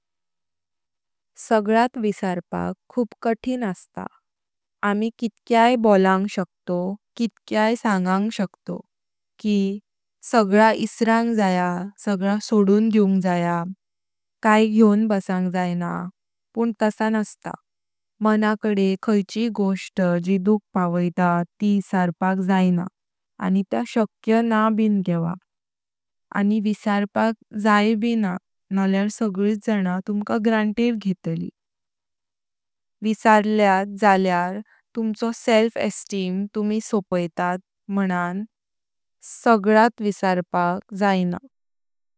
सगळात विसरपाक खूप कठीण अस्तं आमी कितकय बोलांग शकतोव कितकय सांगांग शकतोव की सगळं इसारांग जया सगळं सोडून दिवंग जया। काय घेऊंन बसंग जाणा, पण तसा नस्ता मना कडे काहीची गोष्ट जी दुख पावैता ती इसरपाक जाणा आनी ता शक्य ना बिंन कवा। आनी विसरपाक जाय बंह नांल्यार सगळीं च जन तुमका घेतली। विसर्ल्यात झाल्याअर तुमचो तुमी सोपैतत मनन सगळात विसरपाक जाणा।